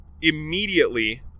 immediately